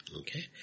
Okay